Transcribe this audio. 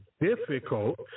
difficult